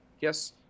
Yes